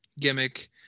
gimmick